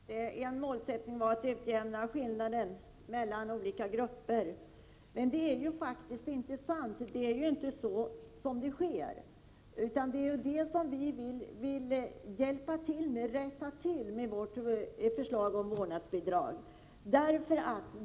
Fru talman! Ingela Thalén sade flera gånger att målsättningen var att utjämna skillnaderna mellan olika grupper. Men så sker faktiskt inte, och det är detta som vi vill rätta till med vårt förslag om vårdnadsbidrag.